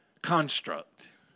Construct